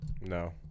No